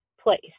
place